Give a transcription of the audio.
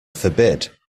forbid